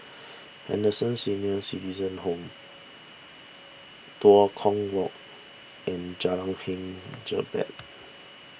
Henderson Senior Citizens Home Tua Kong Walk and Jalan Hang Jebat